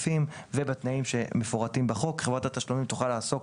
ובתנאים שמפורטים בחוק חברת התשלומים תוכל לעסוק